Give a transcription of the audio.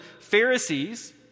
Pharisees